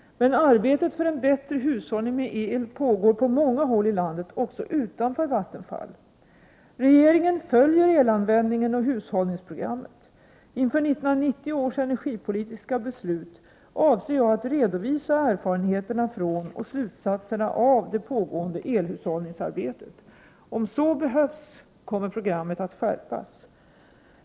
Men arbetet för en bättre hushållning med el pågår på många håll i landet också utanför Vattenfall. Regeringen följer elanvändningen och hushållningsprogrammet. Inför 1990 års energipolitiska beslut avser jag att redovisa erfarenheterna från och slutsatserna av det pågående elhushållningsarbetet. Om så behövs kommer programmet att skärpas.